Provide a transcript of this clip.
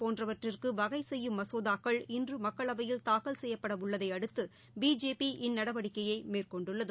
போன்றவற்றிற்கு வகை செய்யும் மசோதாக்கள் இன்று மக்களவையில் தாக்கல் செய்யப்பட உள்ளதை அடுத்து பிஜேபி இந்நடவடிக்கைகயை மேற்கொண்டுள்ளது